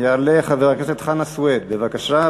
יעלה חבר הכנסת חנא סוייד, בבקשה.